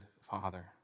father